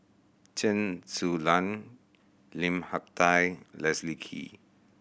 Chen Su Lan Lim Hak Tai Leslie Kee